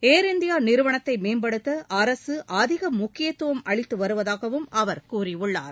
ள் இந்தியா நிறுவனத்தை மேம்படுத்த அரசு அதிக முக்கியத்துவம் அளித்து வருவதாகவும் அவா் கூறியுள்ளார்